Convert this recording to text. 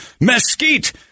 mesquite